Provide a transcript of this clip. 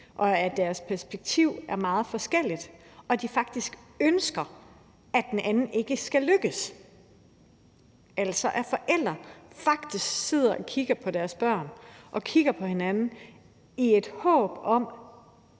og deres perspektiv er meget forskelligt og de faktisk ønsker, at den anden ikke skal lykkes – altså hvor forældre faktisk sidder og kigger på deres børn og kigger på hinanden i et håb om,